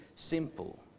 simple